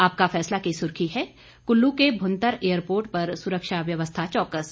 आपका फैसला की सुर्खी हैं कुल्लू के भुंतर एयरपोर्ट पर सुरक्षा व्यवस्था चौकस